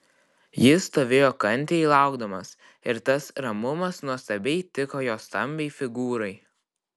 jis stovėjo kantriai laukdamas ir tas ramumas nuostabiai tiko jo stambiai figūrai